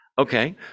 Okay